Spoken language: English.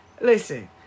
listen